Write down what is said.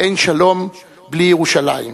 ואין שלום בלי ירושלים.